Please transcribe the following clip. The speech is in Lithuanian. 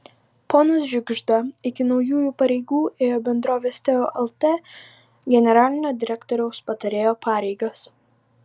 ponas žiugžda iki naujųjų pareigų ėjo bendrovės teo lt generalinio direktoriaus patarėjo pareigas